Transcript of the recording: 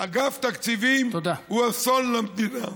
אגף התקציבים הוא אסון למדינה.